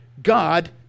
God